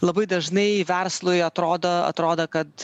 labai dažnai verslui atrodo atrodo kad